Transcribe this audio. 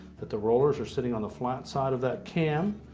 that the rollers are sitting on the flat side of that cam,